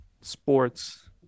sports